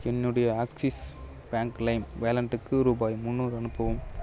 என்னுடைய Axis bank lime வாலெட்டுக்கு ரூபாய் முந்நூறு அனுப்பவும்